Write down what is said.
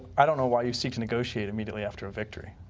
i don't why you seek to negotiate immediately after a victory.